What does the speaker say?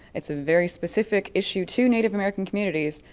it's a very specific issue too native american communities,